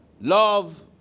Love